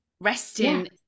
Resting